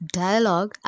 dialogue